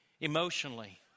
Emotionally